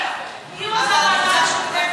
לוועדה למעמד האישה.